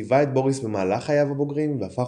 ליווה את בוריס במהלך חייו הבוגרים והפך